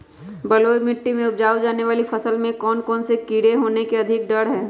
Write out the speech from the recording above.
बलुई मिट्टी में उपजाय जाने वाली फसल में कौन कौन से कीड़े होने के अधिक डर हैं?